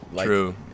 True